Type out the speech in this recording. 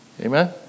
amen